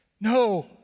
No